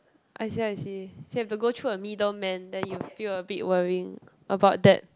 I see I see so you've to go through a middleman then you feel a bit worrying about that